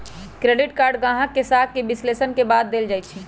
credit card गाहक के साख के विश्लेषण के बाद देल जाइ छइ